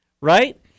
Right